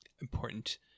important